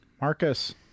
Marcus